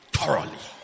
Thoroughly